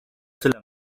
tyle